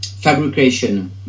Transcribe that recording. fabrication